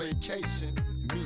vacation